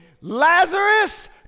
Lazarus